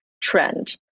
trend